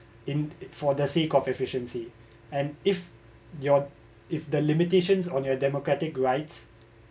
in for the sake of efficiency and if your if the limitations on your the democratic rights